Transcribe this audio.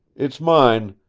it's mine.